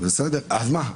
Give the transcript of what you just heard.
אז מה?